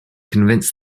convince